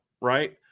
right